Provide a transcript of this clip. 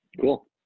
Cool